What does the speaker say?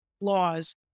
laws